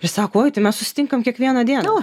ir sako oj tai mes susitinkam kiekvieną dieną